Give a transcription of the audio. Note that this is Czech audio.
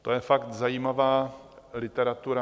To je fakt zajímavá literatura.